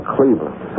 Cleveland